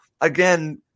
again